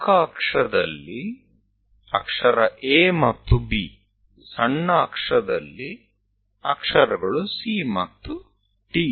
ಪ್ರಮುಖ ಅಕ್ಷದಲ್ಲಿ ಅಕ್ಷರ A ಮತ್ತು B ಸಣ್ಣ ಅಕ್ಷದಲ್ಲಿ ಅಕ್ಷರಗಳು C ಮತ್ತು D